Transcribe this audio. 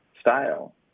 style